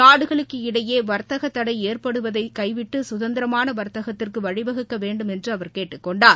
நாடுகளுக்கு இடையே வர்த்தக தடை ஏற்படுத்துவதை கைவிட்டு சுதந்திரமான வர்த்தகத்துக்கு வழிவகுக்க வேண்டும் என்று அவர் கேட்டுக் கொண்டார்